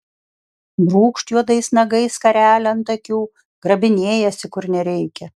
brūkšt juodais nagais skarelę ant akių grabinėjasi kur nereikia